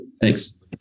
thanks